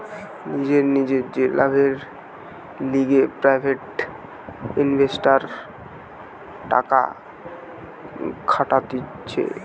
নিজের নিজের যে লাভের লিগে প্রাইভেট ইনভেস্টররা টাকা খাটাতিছে